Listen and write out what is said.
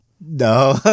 No